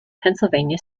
pennsylvania